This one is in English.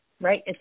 right